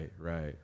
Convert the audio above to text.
right